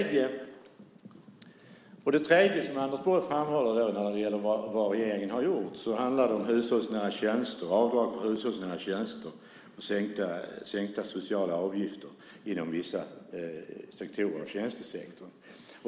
Det tredje som Anders Borg framhåller när det gäller vad regeringen har gjort handlar om avdrag för hushållsnära tjänster och sänkta sociala avgifter inom vissa delar av tjänstesektorn.